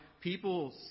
people